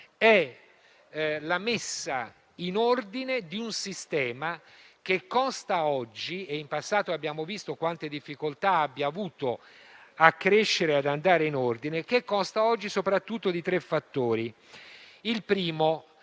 è la messa in ordine di un sistema che consta oggi (in passato abbiamo visto quante difficoltà abbia avuto a crescere e ad andare in ordine) soprattutto di tre fattori. Il primo è